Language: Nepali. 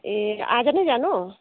ए आज नै जानु